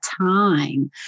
time